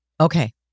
Okay